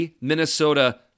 Minnesota